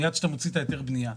מיד שאתה מוציא את ההיתר בניה,